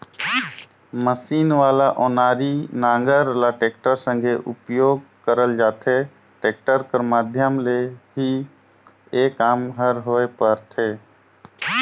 machine वाला ओनारी नांगर ल टेक्टर संघे उपियोग करल जाथे, टेक्टर कर माध्यम ले ही ए काम हर होए पारथे